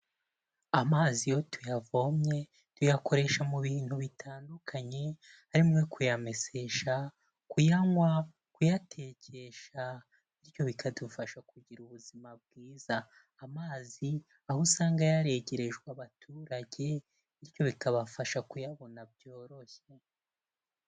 Amazi iyo tuyavomye tuyakoresha mu bintu bitandukanye harimo kuyamesesha, kuyanywa, kuyatekesha, bityo bikadufasha kugira ubuzima bwiza, amazi aho usanga yaregerejwe abaturage bityo bikabafasha kuyabona byoroshye.